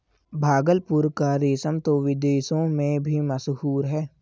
भागलपुर का रेशम तो विदेशों में भी मशहूर है